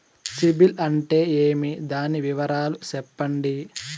సిబిల్ అంటే ఏమి? దాని వివరాలు సెప్పండి?